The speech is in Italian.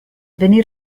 venne